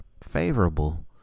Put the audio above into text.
favorable